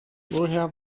woher